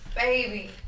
baby